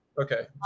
okay